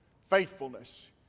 Faithfulness